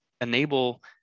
enable